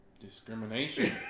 Discrimination